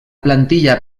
plantilla